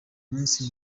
munsi